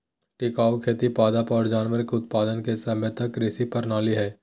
टिकाऊ खेती पादप और जानवर के उत्पादन के समन्वित कृषि प्रणाली हइ